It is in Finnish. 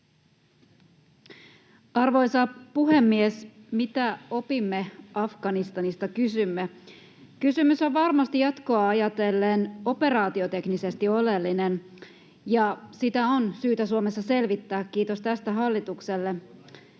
Arvoisa puhemies! Mitä opimme Afganistanista, kysymme. Kysymys on varmasti jatkoa ajatellen operaatioteknisesti oleellinen, ja sitä on syytä Suomessa selvittää. Kiitos tästä hallitukselle.